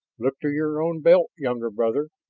look to your own belt, younger brother.